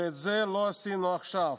ואת זה לא עשינו עכשיו,